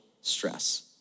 stress